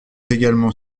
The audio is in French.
également